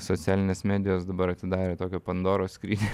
socialinės medijos dabar atidarė tokią pandoros skrynią